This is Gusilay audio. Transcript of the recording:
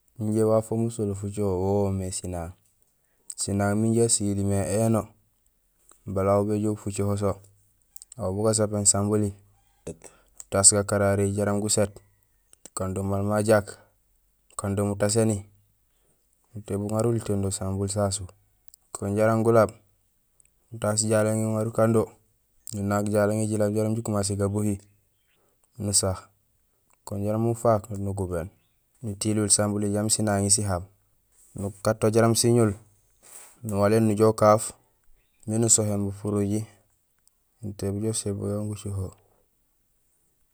Injé wafoom usolee fucoho wo woomé sinaaŋ. Sinaaŋ minja asilé me éno bala aw bajoow bu fucoho so, aw bugasapéén sambuli, nutaas gakararihi jaraam guséét, nukando maal majaak, nukando mutaséni, nutébul uŋaar ulitéén do sambun sasu kun jaraam gulaak nutaas jalang ŋi uŋaar ukando, nunaak jalang ŋi jalaab jaraam jikumasé gabohi, nusa kun jaraam ufaak nugubéén, nutilool sambuni jambi sinaŋi sihab, nukaat to jaraam siñul nuwaléén nujoow ukaaf miin usohéén bupuruji nutééb ja uséén bugaan gucoho